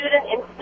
student